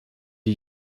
die